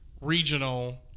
regional